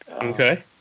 Okay